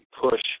push